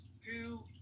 two